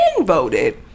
voted